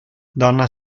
donna